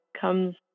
comes